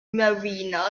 mariners